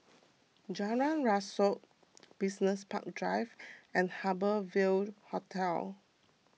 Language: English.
Jalan Rasok Business Park Drive and Harbour Ville Hotel